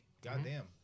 Goddamn